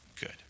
good